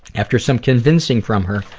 after some convincing from her,